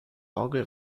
orgel